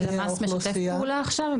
והלמ"ס משתף פעולה עכשיו?